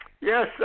Yes